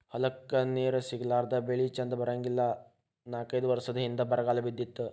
ಹೊಲಕ್ಕ ನೇರ ಸಿಗಲಾರದ ಬೆಳಿ ಚಂದ ಬರಂಗಿಲ್ಲಾ ನಾಕೈದ ವರಸದ ಹಿಂದ ಬರಗಾಲ ಬಿದ್ದಿತ್ತ